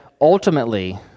Ultimately